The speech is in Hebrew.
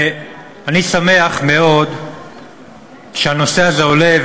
אני שמח מאוד שהנושא הזה עולה,